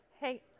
Hey